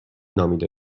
نامیده